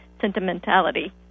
sentimentality